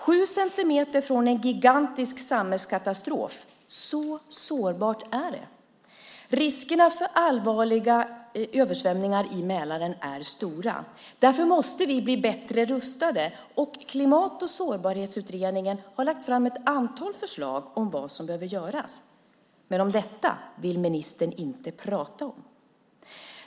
Sju centimeter från en gigantisk samhällskatastrof - så sårbart är det. Riskerna för allvarliga översvämningar i Mälaren är stora. Därför måste vi bli bättre rustade. Klimat och sårbarhetsutredningen har lagt fram ett antal förslag om vad som behöver göras. Men det vill ministern inte prata om.